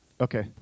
Okay